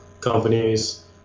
companies